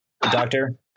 Doctor